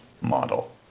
model